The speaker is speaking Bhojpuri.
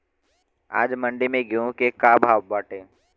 आज मंडी में गेहूँ के का भाव बाटे?